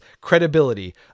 credibility